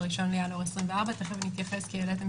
היא ב-1 בינואר 2024 ותיכף אתייחס כי העליתם